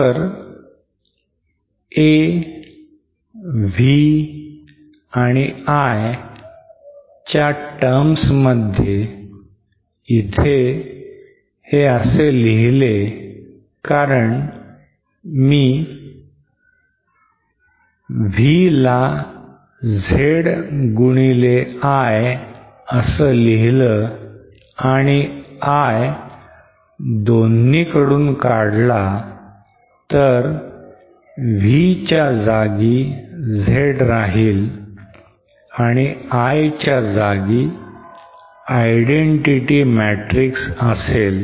तर a V आणि I च्या terms मध्ये इथे हे असे लिहिले कारण मी V ला Z गुणिले I असं लिहिलं आणि I दोन्हीकडून काढला तर V च्या जागी Z राहील आणि I च्या जागी identity matrix असेल